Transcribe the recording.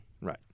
Right